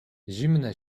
zimne